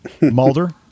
Mulder